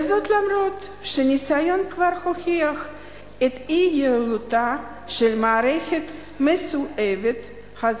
זאת למרות שהניסיון כבר הוכיח את אי-יעילותה של המערכת המסואבת הזאת.